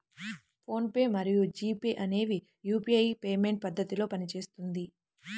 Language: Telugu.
ఫోన్ పే మరియు జీ పే అనేవి యూపీఐ పేమెంట్ పద్ధతిలో పనిచేస్తుంది